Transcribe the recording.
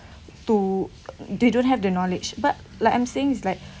to they don't have the knowledge but like I'm saying it's like